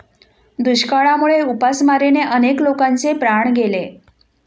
दुष्काळामुळे उपासमारीने अनेक लोकांचे प्राण गेले